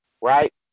right